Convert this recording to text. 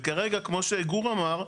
וכרגע, כמו שגור אמר,